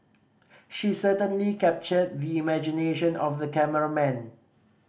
she certainly captured the imagination of the cameraman